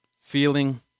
feeling